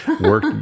work